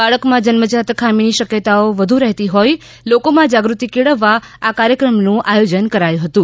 બાળકમાં જન્મ જાત ખામીની શક્યતાઓ વધુ રહેતી હોઈ લોકોમાં જાગૃતિ કેળવવા આ કાર્યક્રમનું આયોજન કરાયું હતુ